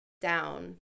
down